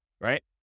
right